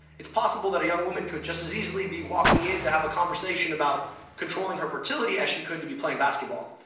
it's possible that a woman could just as easily be walking in to have a conversation about controlling her fertility as she could to be playing basketball.